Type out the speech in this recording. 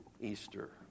Easter